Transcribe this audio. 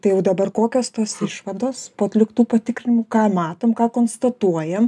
tai jau dabar kokios tos išvados po atliktų patikrinimų ką matom ką konstatuojam